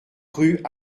rue